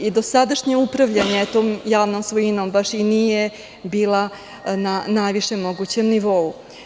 I dosadašnje upravljanje tom javnom svojinom baš i nije bilo na najvišem mogućem nivou.